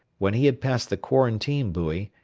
when he had passed the quarantine buoy,